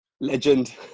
Legend